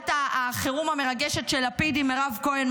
ועידת החירום המרגשת של לפיד עם מירב כהן,